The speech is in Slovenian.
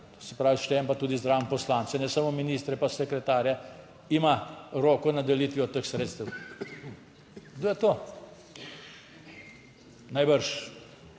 se pravi, štejem pa tudi zraven poslance, ne samo ministre, pa sekretarje, ima roko nad delitvijo teh sredstev. Kdo je to? Najbrž